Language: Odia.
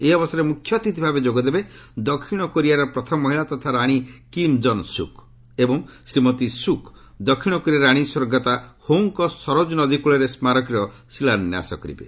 ଏହି ଉତ୍ସବରେ ମୁଖ୍ୟ ଅତିଥି ଭାବେ ଯୋଗ ଦେବେ ଦକ୍ଷିଣ କୋରିଆର ପ୍ରଥମ ମହିଳା ତଥା ରାଣୀ କିମ୍ ଜନ୍ ସୁକ୍ ଏବଂ ଶ୍ରୀମତୀ ସୁକ୍ ଦକ୍ଷିଣ କୋରିଆର ରାଣୀ ସ୍ୱର୍ଗତ ହୋ'ଙ୍କ ସରଜ୍ ନଦୀକୂଳରେ ସ୍କାରକୀର ଶିଳାନ୍ୟାସ କରିବେ